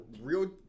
real